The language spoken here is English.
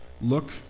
Look